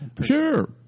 Sure